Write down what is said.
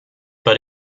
but